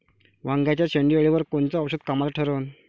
वांग्याच्या शेंडेअळीवर कोनचं औषध कामाचं ठरन?